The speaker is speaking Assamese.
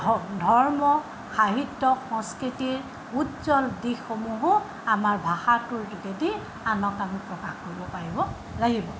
ধ ধৰ্ম সাহিত্য সংস্কৃতিৰ উজ্জ্বল দিশসমূহো আমাৰ ভাষাটোৰ যোগেদি আনক আমি প্ৰকাশ কৰিব পাৰিব লাগিব